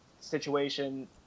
situation